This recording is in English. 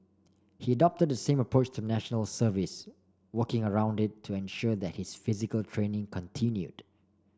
he adopted the same approach to National Service working around it to ensure that his physical training continued